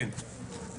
כן.